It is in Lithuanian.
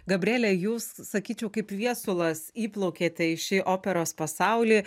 gabrielė jūs sakyčiau kaip viesulas įplaukėte į šį operos pasaulį